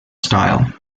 style